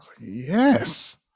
yes